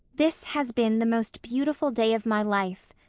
this has been the most beautiful day of my life,